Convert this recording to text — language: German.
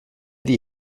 die